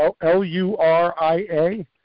L-U-R-I-A